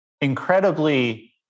incredibly